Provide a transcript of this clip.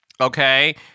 okay